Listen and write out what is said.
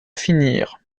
finir